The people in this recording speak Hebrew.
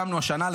כמה שילמנו השנה,